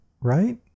right